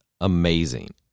amazing